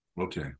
Okay